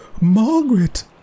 Margaret